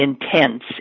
intense